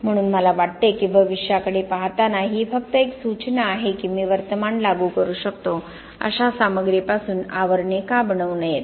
म्हणून मला वाटते की भविष्याकडे पाहताना ही फक्त एक सूचना आहे की मी वर्तमान लागू करू शकतो अशा सामग्रीपासून आवरणे का बनवू नयेत